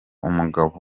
umugabo